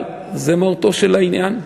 אבל זו מהותו של העניין.